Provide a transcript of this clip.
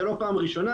זה לא פעם ראשונה,